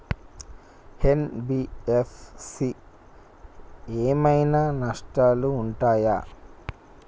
NBFC ఏమైనా నష్టాలు ఉంటయా?